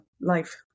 life